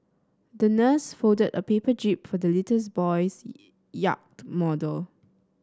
the nurse folded a paper jib for the little boy's yacht model